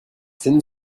thin